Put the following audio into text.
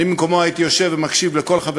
אני במקומו הייתי יושב ומקשיב לכל חבר